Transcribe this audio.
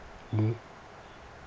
mm